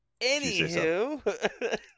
anywho